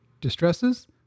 Distresses